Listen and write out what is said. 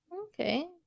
Okay